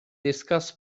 discuss